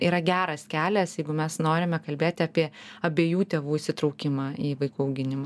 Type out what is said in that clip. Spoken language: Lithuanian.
yra geras kelias jeigu mes norime kalbėti apie abiejų tėvų įsitraukimą į vaikų auginimą